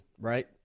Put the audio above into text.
right